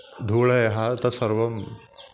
धूलयः तत्सर्वं